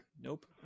Nope